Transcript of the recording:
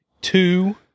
Two